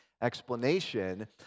explanation